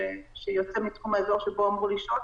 כלומר כל פעם שהוא יוצא מתחום האזור שבו הוא אמור לשהות.